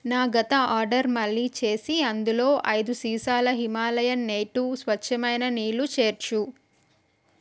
నా గత ఆర్డర్ మళ్ళీ చేసి అందులో ఐదు సీసాల హిమాలయన్ నేటివ్ స్వచ్ఛమైన నీళ్లు చేర్చు